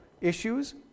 issues